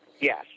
Yes